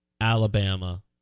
Alabama